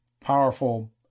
powerful